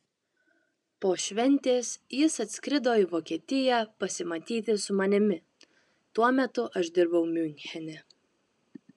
po šventės jis atskrido į vokietiją pasimatyti su manimi tuo metu aš dirbau miunchene